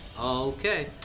Okay